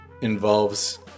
involves